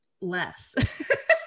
less